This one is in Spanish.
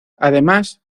además